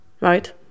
right